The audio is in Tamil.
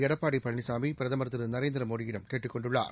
எடப்பாடி பழனிசாமி பிரதமர் திரு நரேந்திர மோடியிடம் கேட்டுக் கொண்டுள்ளார்